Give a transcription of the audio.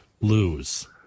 lose